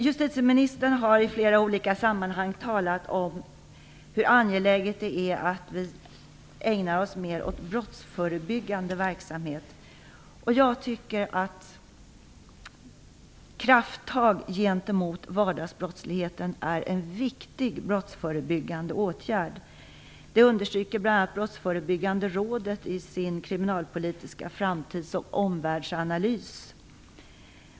Justitieministern har i flera olika sammanhang talat om hur angeläget det är att vi ägnar oss mer åt brottsförebyggande verksamhet. Jag tycker att krafttag gentemot vardagsbrottsligheten är en viktig brottsförebyggande åtgärd. Det understryker bl.a. Brottsförebyggande rådet i sin kriminalpolitiska framtids och omvärldsanalys.